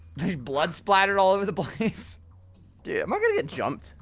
there's blood splattered all over the place dude, am i gonna get jumped?